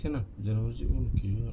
can ah jalan masjid pun okay juga